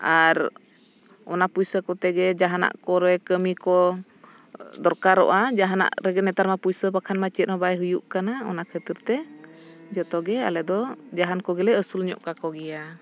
ᱟᱨ ᱚᱱᱟ ᱯᱚᱭᱥᱟ ᱠᱚᱛᱮ ᱜᱮ ᱡᱟᱦᱟᱱᱟᱜ ᱠᱚᱨᱮ ᱠᱟᱹᱢᱤ ᱠᱚ ᱫᱚᱨᱠᱟᱨᱚᱜᱼᱟ ᱡᱟᱦᱟᱱᱟᱜ ᱨᱮᱜᱮ ᱱᱮᱛᱟᱨ ᱢᱟ ᱯᱚᱭᱥᱟ ᱵᱟᱠᱷᱟᱱ ᱢᱟ ᱪᱮᱫ ᱦᱚᱸ ᱵᱟᱭ ᱦᱩᱭᱩᱜ ᱠᱟᱱᱟ ᱚᱱᱟ ᱠᱷᱟᱹᱛᱤᱨ ᱛᱮ ᱡᱷᱚᱛᱚ ᱜᱮ ᱟᱞᱮ ᱫᱚ ᱡᱟᱦᱟᱱ ᱠᱚᱜᱮᱞᱮ ᱟᱹᱥᱩᱞ ᱧᱚᱜ ᱠᱟᱠᱚ ᱜᱮᱭᱟ